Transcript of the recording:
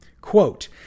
quote